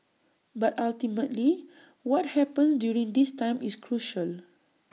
but ultimately what happens during this time is crucial